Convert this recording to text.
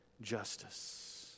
justice